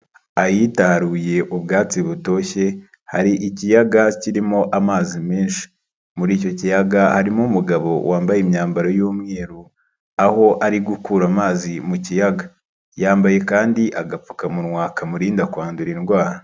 Ahitaruye ubwatsi butoshye hari ikiyaga kirimo amazi menshi. Muri icyo kiyaga harimo umugabo wambaye imyambaro y'umweru, aho ari gukura amazi mu kiyaga. Yambaye kandi agapfukamunwa kamurinda kwandura indwara.